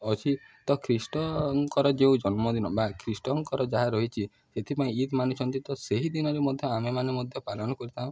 ଅଛି ତ ଖ୍ରୀଷ୍ଟଙ୍କର ଯେଉଁ ଜନ୍ମଦିନ ବା ଖ୍ରୀଷ୍ଟଙ୍କର ଯାହା ରହିଛି ସେଥିପାଇଁ ଇଦ୍ ମାନୁଛନ୍ତି ତ ସେହି ଦିନରେ ମଧ୍ୟ ଆମେମାନେ ମଧ୍ୟ ପାଳନ କରିଥାଉ